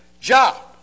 job